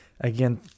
Again